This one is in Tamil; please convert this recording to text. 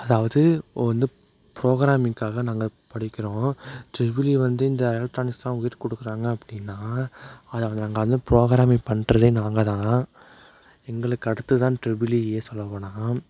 அதாவது இப்போ வந்து புரோகிராமிங்காக நாங்கள் படிக்கிறோம் ட்ரிபிள்இ வந்து இந்த எலெக்ட்ரானிக்ஸ் தான் உயிர் கொடுக்குங்கிறாங்க அப்படினா அதை நாங்கள் புரோக்கிராமிங் பண்றதே நாங்கள் தான் எங்களுக்கு அடுத்துதான் ட்ரிபிள்இயே சொல்லப் போனால்